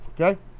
okay